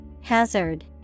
Hazard